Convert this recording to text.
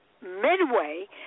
midway